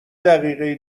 دقیقه